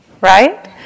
right